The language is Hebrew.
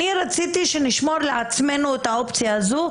אני רציתי שנשמור לעצמנו את האופציה הזו,